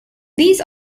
these